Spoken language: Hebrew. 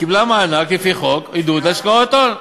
קיבלה מענק לפי חוק עידוד השקעות הון.